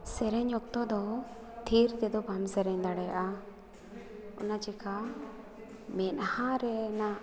ᱥᱮᱨᱮᱧ ᱚᱠᱛᱚ ᱫᱚ ᱛᱷᱤᱨᱛᱮᱫᱚ ᱵᱟᱢ ᱥᱮᱨᱮᱧ ᱫᱟᱲᱮᱭᱟᱜᱼᱟ ᱚᱱᱟ ᱪᱤᱠᱟᱹ ᱢᱮᱸᱫᱦᱟ ᱨᱮᱱᱟᱜ